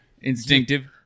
instinctive